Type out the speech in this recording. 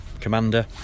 commander